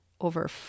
over